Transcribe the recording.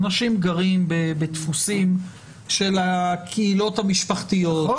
אנשים גרים בדפוסים של הקהילות המשפחתיות,